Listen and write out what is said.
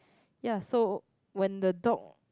ya so when the dog